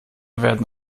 werden